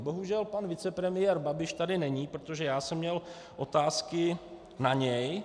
Bohužel pan vicepremiér Babiš tady není, protože já jsem měl otázky na něj.